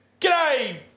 G'day